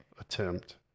attempt